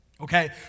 Okay